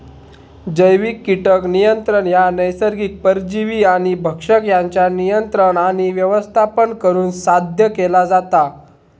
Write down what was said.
जैविक कीटक नियंत्रण ह्या नैसर्गिक परजीवी आणि भक्षक यांच्या नियंत्रण आणि व्यवस्थापन करुन साध्य केला जाता